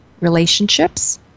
relationships